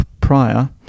prior